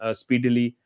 speedily